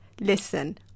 Listen